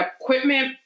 equipment